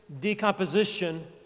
decomposition